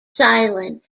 silent